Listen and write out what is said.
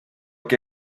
que